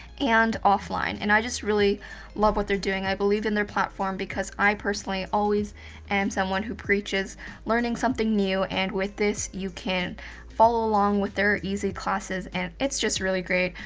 and offline, and i just really love what they're doing. believe in their platform, because i personally always am someone who preaches learning something new, and with this you can follow along with their easy classes, and it's just really great.